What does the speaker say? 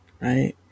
right